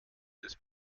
des